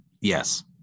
yes